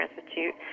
Institute